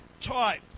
type